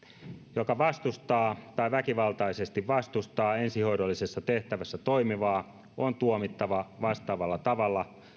joka vastustaa tai väkivaltaisesti vastustaa ensihoidollisessa tehtävässä toimivaa on tuomittava vastaavalla tavalla